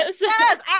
yes